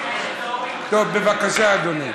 טוב, בבקשה, אדוני.